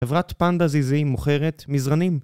חברת פנדה זיזי מוכרת מזרנים